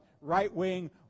right-wing